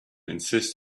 insist